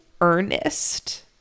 earnest